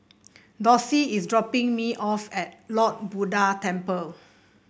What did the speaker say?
Dorsey is dropping me off at Lord Buddha Temple